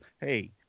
hey